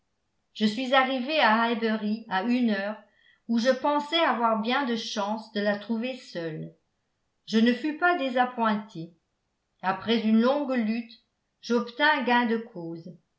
je suis arrivé à highbury à une heure où je pensais avoir bien de chances de la trouver seule je ne fus pas désappointé après une longue lutte j'obtins gain de cause